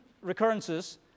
recurrences